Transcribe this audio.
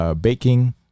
baking